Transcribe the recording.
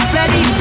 ready